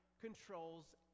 controls